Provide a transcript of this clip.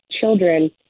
children